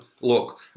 look